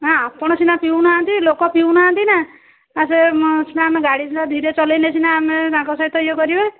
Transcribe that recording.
ନା ଆପଣ ସିନା ପିଉନାହାନ୍ତି ଲୋକ ପିଉନାହାନ୍ତି ନା ସେ ସିନା ଆମେ ଗାଡ଼ି ଧୀରେ ଚଲାଇଲେ ସିନା ଆମେ ତାଙ୍କ ସହିତ ଇଏ କରିବେ